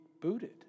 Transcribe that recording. booted